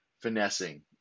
finessing